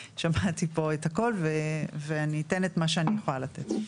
שמעתי פה את הכל ואני אתן את מה שאני יכולה לתת.